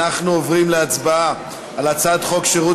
אנחנו עוברים להצבעה על הצעת חוק שירות